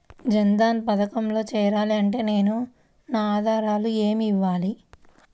జన్ధన్ పథకంలో చేరాలి అంటే నేను నా ఆధారాలు ఏమి ఇవ్వాలి?